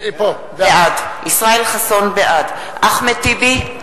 בעד אחמד טיבי,